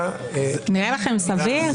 זה נראה לכם סביר?